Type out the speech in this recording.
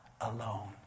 alone